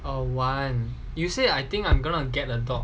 oh want you said I think I'm gonna get a dog